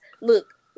Look